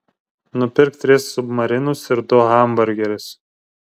nupirk tris submarinus ir du hamburgerius